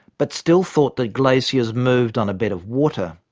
but still thought that glaciers moved on a bed of water.